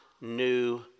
new